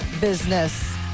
business